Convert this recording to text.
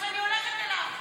אז אני הולכת אליו.